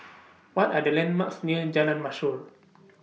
What Are The landmarks near Jalan Mashor